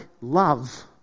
love